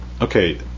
okay